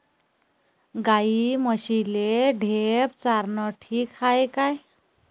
गाई म्हशीले ढेप चारनं ठीक हाये का?